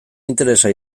interesa